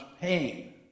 pain